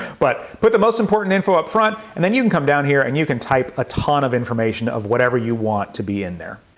but, put the most important info up front, and then you can come down here and you can type a ton of information of whatever you want to be in there.